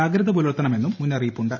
ജാഗ്രത പുലർത്തണമെന്നും മുന്നറിയിപ്പുണ്ട്